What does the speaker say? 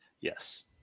Yes